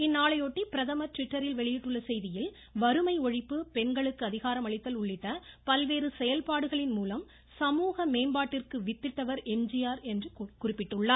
இந்நாளையொட்டி பிரதமர் ட்விட்டரில் வெளியிட்டுள்ள செய்தியில் வறுமை ஒழிப்பு பெண்களுக்கு பல்வேற செயல்பாடுகளின்மூலம் சமூக மேம்பாட்டிற்கு வித்திட்டவர் எம்ஜிஆர் என்று குறிப்பிட்டுள்ளார்